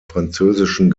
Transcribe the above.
französischen